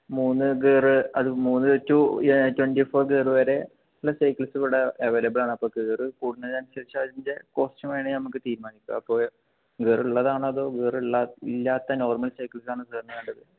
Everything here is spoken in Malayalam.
മൂന്ന് ഗീറ് അത് മൂന്ന് to a twenty four gear വരെ ഉള്ള സൈക്കിൾസ് ഇവിടെ അവൈലബിൾ ആണ് അപ്പം ഗീറ് കൂടുന്നതിനനുസരിച്ച് അതിൻ്റെ കോസ്റ്റ് വേണമെങ്കിൽ നമുക്ക് തീരുമാനിക്കാം അപ്പോൾ ഗീറ് ഉള്ളതാണോ അതോ ഗീറ് ഉള്ള ഇല്ലാത്ത നോർമൽ സൈക്കിൾസ് ആണ് സേർന് വേണ്ടത്